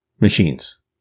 machines